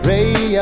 Ray